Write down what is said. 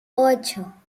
ocho